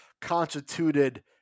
constituted